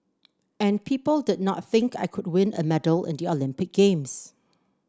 and people did not think I could win a medal in the Olympic Games